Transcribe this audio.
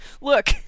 Look